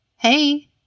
Hey